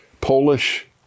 Polish